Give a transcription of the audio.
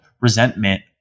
resentment